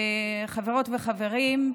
חברות וחברים,